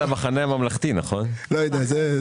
כן.